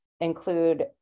include